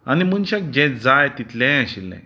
आनी मनशांक जें जाय तितलेंय आशिल्लें